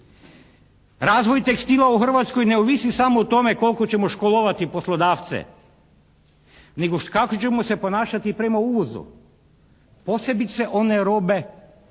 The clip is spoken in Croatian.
Razvoj tekstila u Hrvatskoj ne ovisi samo o tome koliko ćemo školovati poslodavce nego kako ćemo se ponašati prema uvozu, posebice one robe